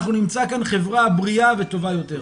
אנחנו נמצא כאן חברה בריאה וטובה יותר.